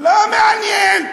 לא מעניין.